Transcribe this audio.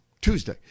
Tuesday